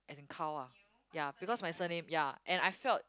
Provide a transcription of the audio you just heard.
as in cow ah ya because my surname ya and I felt